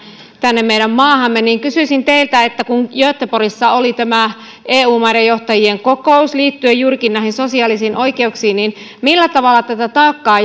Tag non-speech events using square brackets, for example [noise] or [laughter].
tänne meidän maahamme joten kysyisin teiltä kun göteborgissa oli eu maiden johtajien kokous liittyen juurikin näihin sosiaalisiin oikeuksiin millä tavalla tätä taakkaa [unintelligible]